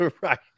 Right